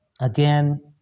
again